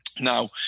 Now